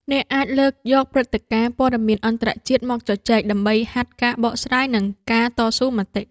អ្នកអាចលើកយកព្រឹត្តិការណ៍ព័ត៌មានអន្តរជាតិមកជជែក ដើម្បីហាត់ការបកស្រាយ និងការតស៊ូមតិ។